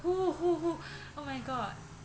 who who who oh my god